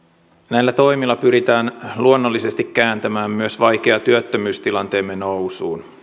näillä toimilla pyritään luonnollisesti kääntämään myös vaikea työttömyystilanteemme nousuun